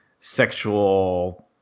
sexual